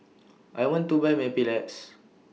I want to Buy Mepilex